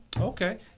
Okay